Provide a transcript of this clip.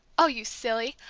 oh, you silly!